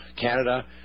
Canada